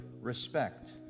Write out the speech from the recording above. Respect